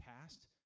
past